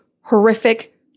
horrific